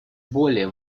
более